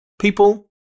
people